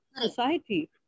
society